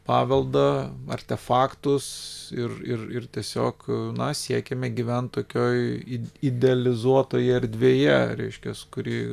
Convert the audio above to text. paveldą artefaktus ir ir ir tiesiog na siekiame gyvent tokioj idealizuotoje erdvėje reiškias kuri